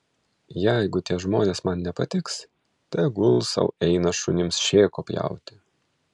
jeigu tie žmonės man nepatiks tegul sau eina šunims šėko pjauti